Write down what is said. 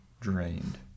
drained